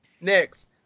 Next